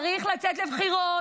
צריך לצאת לבחירות.